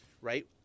right